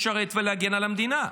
לשרת ולהגן על המדינה.